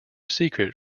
secret